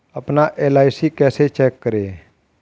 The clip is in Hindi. अपना एल.आई.सी कैसे चेक करें?